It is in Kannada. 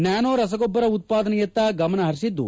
ನ್ದಾನೋ ರಸಗೊಬ್ಬರ ಉತ್ಪಾದನೆಯತ್ತ ಗಮನಹರಿಸಿದ್ದು